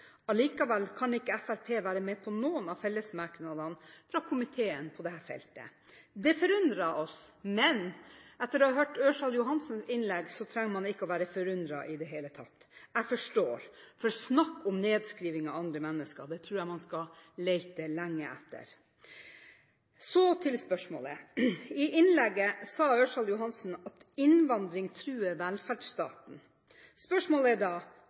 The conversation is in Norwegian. Likevel kan ikke Fremskrittspartiet være med på noen av fellesmerknadene fra komiteen på dette feltet. Det forundrer oss, men etter å ha hørt Ørsal Johansens innlegg trenger man ikke være forundret i hele tatt. Jeg forstår, for en sånn nedvurdering av andre mennesker tror jeg man skal lete lenge etter. Så til spørsmålet. I innlegget sa Ørsal Johansen at innvandring truer velferdsstaten. Spørsmålet er da: